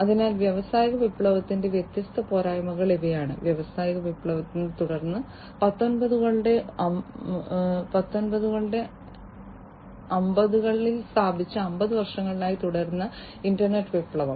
അതിനാൽ വ്യാവസായിക വിപ്ലവത്തിന്റെ വ്യത്യസ്ത പോരായ്മകൾ ഇവയാണ് വ്യാവസായിക വിപ്ലവത്തെ തുടർന്ന് പത്തൊൻപതുകളുടെ 50 കളിൽ ആരംഭിച്ച് 50 വർഷത്തിലേറെയായി തുടരുന്ന ഇന്റർനെറ്റ് വിപ്ലവം